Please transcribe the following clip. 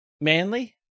Manly